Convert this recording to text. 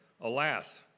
Alas